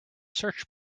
search